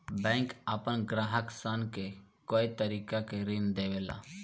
bank आपना ग्राहक सन के कए तरीका के ऋण देवेला